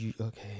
okay